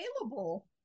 available